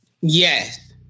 Yes